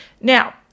Now